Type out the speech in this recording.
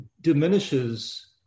diminishes